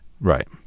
right